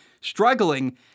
struggling